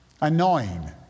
Annoying